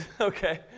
okay